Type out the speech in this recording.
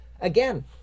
Again